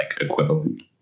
equivalent